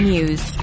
News